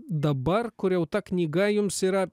dabar kur jau ta knyga jums yra